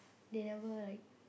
they never like